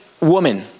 woman